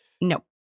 No